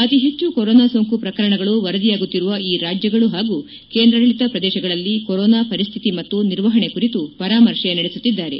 ಅತಿ ಹೆಚ್ಚು ಕೊರೊನಾ ಸೋಂಕು ಪ್ರಕರಣಗಳು ವರದಿಯಾಗುತ್ತಿರುವ ಈ ರಾಜ್ಯಗಳು ಹಾಗೂ ಕೇಂದ್ರಾಡಳಿತ ಪ್ರದೇಶಗಳಲ್ಲಿ ಕೊರೊನಾ ಪರಿಸ್ಥಿತಿ ಮತ್ತು ನಿರ್ವಹಣೆ ಕುರಿತು ಪರಾಮರ್ತೆ ನಡೆಸುತ್ತಿದ್ದಾರೆ